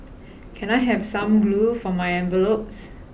can I have some glue for my envelopes